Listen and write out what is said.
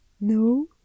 No